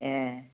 ए